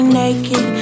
naked